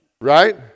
right